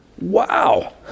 Wow